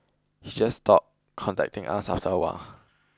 he just stopped contacting us after a while